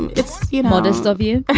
it's modest of you.